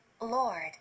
Lord